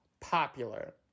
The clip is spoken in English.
Popular